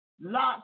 lots